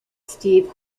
steve